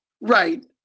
Right